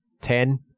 ten